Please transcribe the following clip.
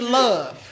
love